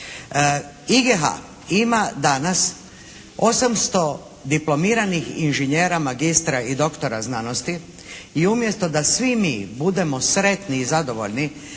IGH ima danas 800 diplomiranih inženjera, magistra i doktora znanosti i umjesto da svi mi budemo sretni i zadovoljni